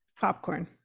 Popcorn